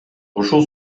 ушул